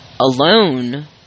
alone